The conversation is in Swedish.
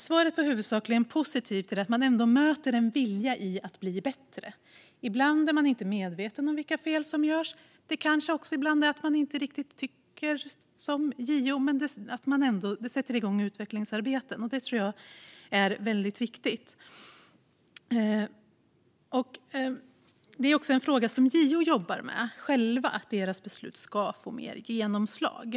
Svaret var huvudsakligen positivt - de möter en vilja att bli bättre. Ibland är man kanske inte medveten om vilka fel som görs, och ibland kanske man inte riktigt tycker som JO, men det sätter ändå igång utvecklingsarbeten. Det tror jag är väldigt viktigt. Det här är också en fråga som JO jobbar med, alltså att myndighetens beslut ska få mer genomslag.